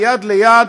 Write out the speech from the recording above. מיד ליד,